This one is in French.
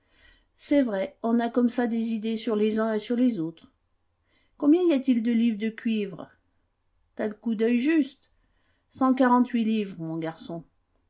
c'est vrai on a comme ça des idées sur les uns et sur les autres combien y a-t-il de livres de cuivre t'as le coup d'oeil juste cent quarante-huit livres mon garçon